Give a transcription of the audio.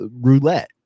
roulette